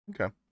Okay